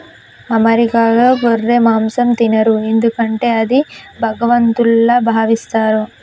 అమెరికాలో గొర్రె మాంసం తినరు ఎందుకంటే అది భగవంతుల్లా భావిస్తారు